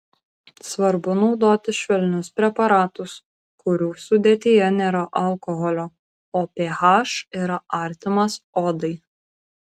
svarbu naudoti švelnius preparatus kurių sudėtyje nėra alkoholio o ph yra artimas odai